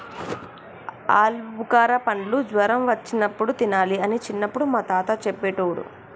ఆల్బుకార పండ్లు జ్వరం వచ్చినప్పుడు తినాలి అని చిన్నపుడు మా తాత చెప్పేటోడు